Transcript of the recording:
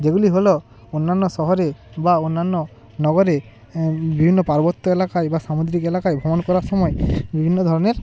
যেগুলি হলো অন্যান্য শহরে বা অন্যান্য নগরে বিভিন্ন পার্বত্য এলাকায় বা সামুদ্রিক এলাকার ভ্রমণ করার সময় বিভিন্ন ধরনের